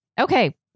Okay